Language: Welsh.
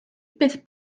bydd